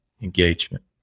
engagement